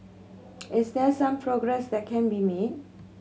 is there some progress that can be made